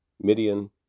Midian